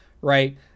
right